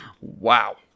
Wow